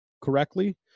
correctly